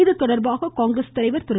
இதுதொடர்பாக காங்கிரஸ் தலைவர் திரு